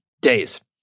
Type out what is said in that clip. days